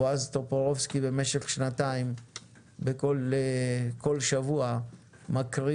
בועז טופורובסקי במשך שנתיים כל שבוע מקריא